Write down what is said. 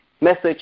message